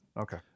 Okay